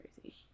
crazy